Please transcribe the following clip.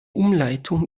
umleitung